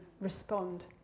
respond